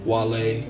Wale